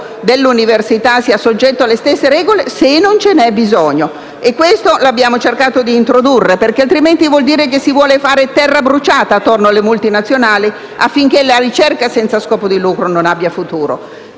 dell'università sia soggetto alle stesse regole, se non ce n'è bisogno. Abbiamo cercato di introdurre questo principio, altrimenti ciò vuol dire che si vuole fare terra bruciata intorno alle multinazionali, affinché la ricerca senza scopo di lucro non abbia futuro.